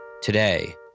Today